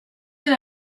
elle